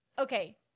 Okay